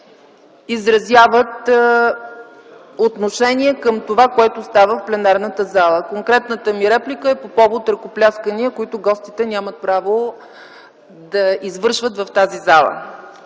изразяват отношение към това, което става в пленарната зала. Конкретната ми реплика е по повод ръкопляскания, които гостите нямат право да извършват в тази зала.